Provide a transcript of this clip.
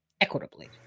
equitably